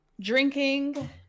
drinking